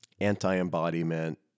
anti-embodiment